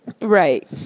Right